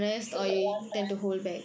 because like one time